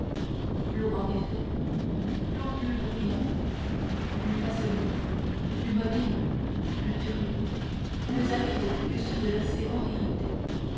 flots en effet flots plus bruyants plus passionnés plus mobiles plus furieux plus avides que ceux de l'océan irrité